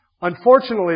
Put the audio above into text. Unfortunately